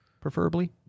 preferably